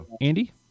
andy